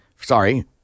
Sorry